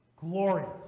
Glorious